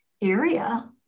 area